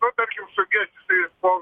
nu tarkim suges jisai po